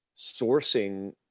sourcing